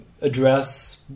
address